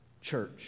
church